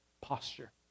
posture